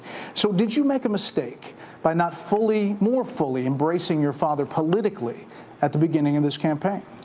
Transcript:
so did you make a mistake by not fully more fully embracing your father politically at the beginning of this campaign?